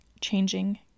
changing